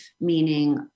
meaning